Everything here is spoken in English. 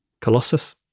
Colossus